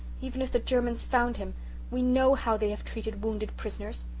even if the germans found him we know how they have treated wounded prisoners.